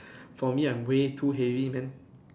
for me I'm weigh too heavy man